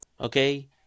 Okay